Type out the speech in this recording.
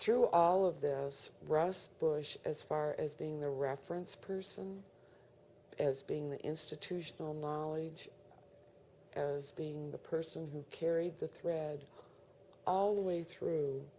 to all of this rust bush as far as being the reference person as being the institutional knowledge as being the person who carried the thread all the way through